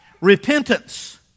Repentance